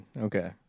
Okay